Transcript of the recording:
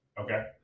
Okay